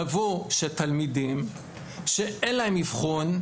קבעו שתלמידים שאין להם אבחון,